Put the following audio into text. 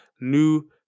New